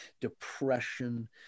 depression